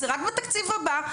זה רק בתקציב הבא,